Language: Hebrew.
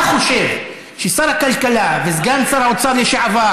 אתה חושב ששר הכלכלה וסגן שר האוצר לשעבר